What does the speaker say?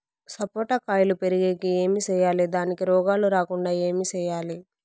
సపోట కాయలు పెరిగేకి ఏమి సేయాలి దానికి రోగాలు రాకుండా ఏమి సేయాలి?